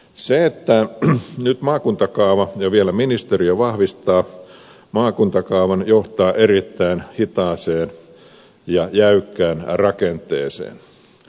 se että nyt vielä ministeriö vahvistaa maakuntakaavan johtaa erittäin hitaaseen ja jäykkään rakenteeseen